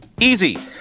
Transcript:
Easy